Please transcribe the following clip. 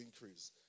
increase